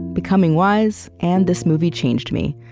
becoming wise, and this movie changed me.